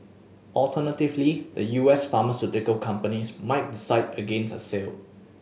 alternatively the U S pharmaceutical companies might decide against a sale